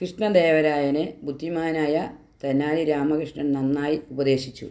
കൃഷ്ണദേവരായനെ ബുദ്ധിമാനായ തെനാലി രാമകൃഷ്ണൻ നന്നായി ഉപദേശിച്ചു